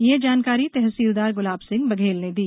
ये जानकारी तहसीलदार गुलाब सिंह बघेल ने दी